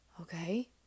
Okay